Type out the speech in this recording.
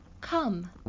Come